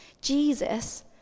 Jesus